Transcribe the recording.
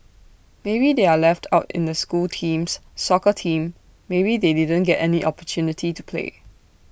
maybe they are left out in the school teams soccer team maybe they didn't get any opportunity to play